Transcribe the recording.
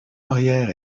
arrière